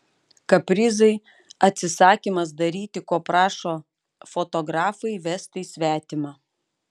kaprizai atsisakymas daryti ko prašo fotografai vestai svetima